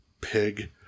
Pig